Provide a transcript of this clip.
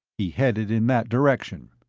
he headed in that direction.